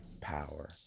power